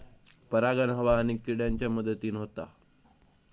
परागण हवा आणि किड्यांच्या मदतीन होता